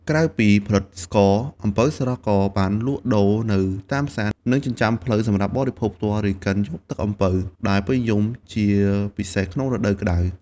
ក្រៅពីផលិតស្ករ អំពៅស្រស់ ក៏ត្រូវបានលក់ដូរនៅតាមផ្សារ និងចិញ្ចើមផ្លូវសម្រាប់បរិភោគផ្ទាល់ ឬកិនយកទឹកអំពៅ ដែលពេញនិយមជាពិសេសក្នុងរដូវក្តៅ។